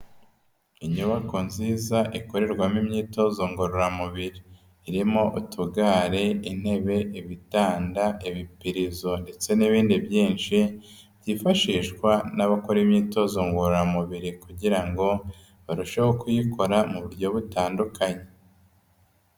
Inyubako nziza ikorerwamo imyitozo ngororamubiri, irimo utugare, intebe, ibitanda, ibipirizo ndetse n'ibindi byinshi byifashishwa n'abakora imyitozo ngororamubiri kugira ngo barusheho kuyikora mu buryo butandukanye.